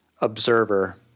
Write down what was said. observer